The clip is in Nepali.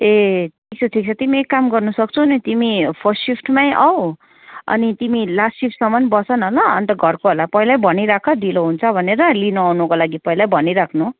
ए ठिक छ ठिक छ तिमी एक काम गर्नु सक्छौ नि तिमी फर्स्ट सिफ्टमै आउ अनि तिमी लास्ट सिफ्टसम्म बस न ल अन्त घरकोहरूलाई पहिल्यै भनिराख ढिलो हुन्छ भनेर लिनु आउनुको लागि पहिल्यै भनिराख्नु